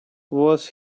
was